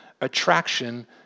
attraction